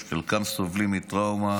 חלקם סובלים מטראומה ופוסט-טראומה.